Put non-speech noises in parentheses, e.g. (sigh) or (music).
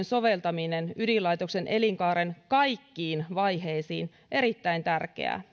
(unintelligible) soveltaminen ydinlaitoksen elinkaaren kaikkiin vaiheisiin erittäin tärkeää (unintelligible)